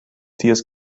ties